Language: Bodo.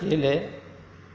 गेले